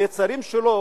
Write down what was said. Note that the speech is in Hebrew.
ביצרים שלו,